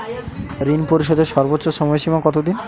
ঋণ পরিশোধের সর্বোচ্চ সময় সীমা কত দিন?